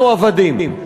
אנחנו עבדים.